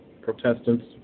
Protestants